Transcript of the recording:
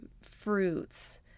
fruits